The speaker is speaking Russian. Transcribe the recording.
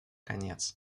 конец